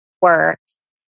works